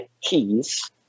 keys